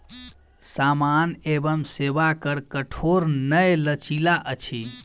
सामान एवं सेवा कर कठोर नै लचीला अछि